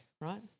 right